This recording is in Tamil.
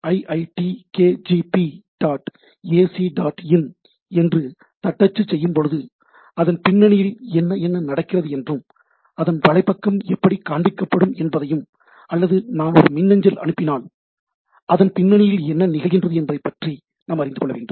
in என்று தட்டச்சு செய்யும் பொழுது அதன் பின்னணியில் என்ன என்ன நடக்கிறது என்றும் அதன் வலைப்பக்கம் எப்படி காண்பிக்கப்படும் என்பதையும் அல்லது நான் ஒரு மின்னஞ்சல் அனுப்பினால் அதன் பின்னணியில் என்ன நிகழ்கின்றது என்பதைப்பற்றி நாம் அறிந்துகொள்ள வேண்டும்